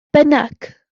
bynnag